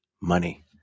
money